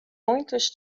muitos